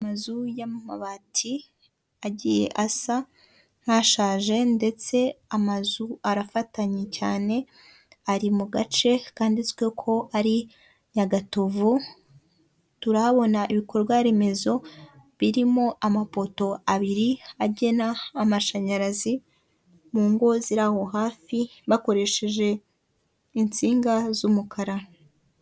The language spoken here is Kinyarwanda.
Amazu y'amabati agiye asa nk'ashaje, ndetse amazu arafatanye cyane, ari mu gace kanditswe ko ari Nyagatovu, turabona ibikorwa remezo birimo amapoto abiri agena amashanyarazi mu ngo ziri aho hafi, bakoresheje insinga z'umukara.